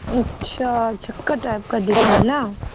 اچھا چکر ٹائپ کا دکھ رہا ہے نا